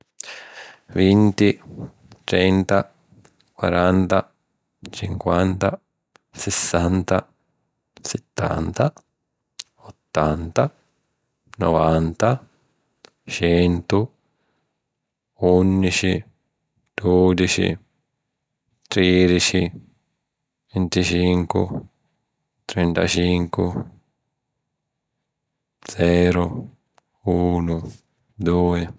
vinti, trenta, quaranta, cinquanta, sissanta, sittanta, ottanta, novanta, centu, ùnnici, dùdici, trìdici, vinticincu, trentacincu... Zeru, unu, dui.